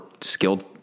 skilled